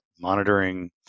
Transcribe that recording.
monitoring